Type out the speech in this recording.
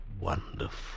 wonderful